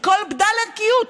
את כל בדל הערכיות,